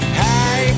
hey